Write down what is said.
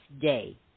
day